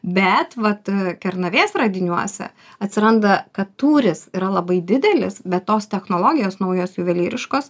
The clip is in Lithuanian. bet vat kernavės radiniuose atsiranda kad tūris yra labai didelis bet tos technologijos naujos juvelyriškos